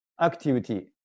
activity